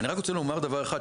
אני רק רוצה לומר דבר אחד,